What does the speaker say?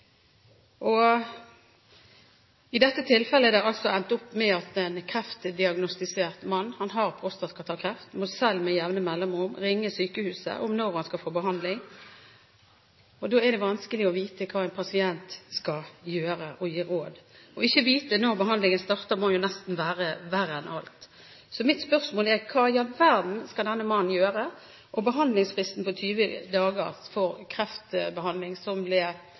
I dette tilfellet har det endt opp med at en kreftdiagnostisert mann – han har altså prostatakreft – med jevne mellomrom selv må ringe sykehuset om når han skal få behandling. Da er det vanskelig å vite hva en pasient skal gjøre, og gi råd. Ikke å vite når behandlingen starter, må nesten være verre enn alt. Mitt spørsmål er: Hva i all verden skal denne mannen gjøre? Behandlingsfristen på 20 dager for kreftbehandling som ble